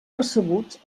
percebuts